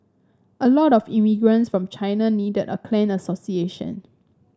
a lot of immigrants from China needed a clan association